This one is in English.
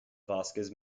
vosges